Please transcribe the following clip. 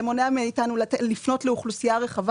זה מונע מאיתנו לפנות לאוכלוסייה רחבה